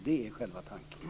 Det är själva tanken.